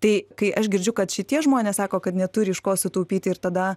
tai kai aš girdžiu kad šitie žmonės sako kad neturi iš ko sutaupyti ir tada